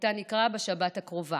שאותה נקרא בשבת הקרובה.